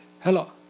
Hello